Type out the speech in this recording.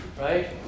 right